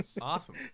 awesome